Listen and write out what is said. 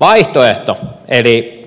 vaihtoehto eli